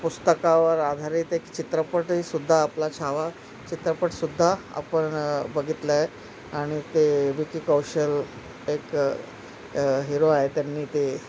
पुस्तकावर आधारीत एक चित्रपटहीसुद्धा आपला छावा चित्रपटसुद्धा आपण बघितलं आहे आणि ते विकी कौशल एक हिरो आहे त्यांनी ते